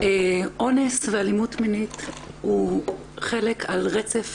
אונס ואלימות מינית הוא חלק על רצף